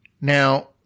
Now